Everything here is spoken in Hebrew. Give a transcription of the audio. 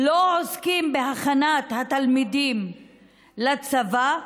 לא עוסקים בהכנת התלמידים לצבא?